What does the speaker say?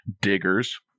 Diggers